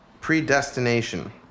predestination